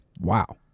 Wow